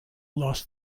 lost